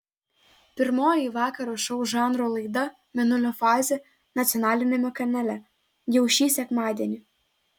pirmoji vakaro šou žanro laida mėnulio fazė nacionaliniame kanale jau šį sekmadienį